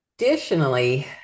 additionally-